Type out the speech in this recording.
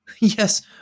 yes